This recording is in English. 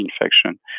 infection